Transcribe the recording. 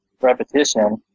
repetition